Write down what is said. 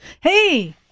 Hey